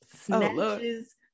snatches